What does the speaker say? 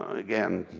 again